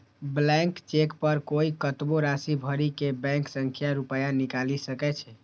blank cheque पर कोइ कतबो राशि भरि के बैंक सं रुपैया निकालि सकै छै